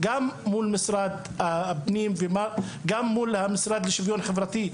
גם מול המשרד הפנים וגם מול המשרד לשוויון חברתי,